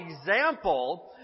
example